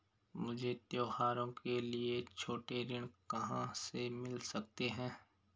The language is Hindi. मुझे त्योहारों के लिए छोटे ऋण कहाँ से मिल सकते हैं?